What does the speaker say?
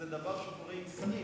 זה דבר שקורה עם שרים.